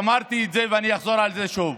אמרתי את זה ואני אחזור על זה שוב,